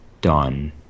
done